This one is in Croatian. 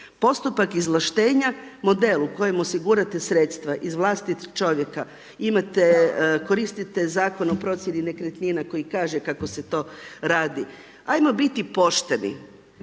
Postupak izvlaštenja, model u kojem osigurate sredstva izvlastiti čovjeka, imate, koristite Zakon o procjeni nekretnina koji kaže kako se to radi. Ajmo biti pošteni,